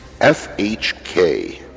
FHK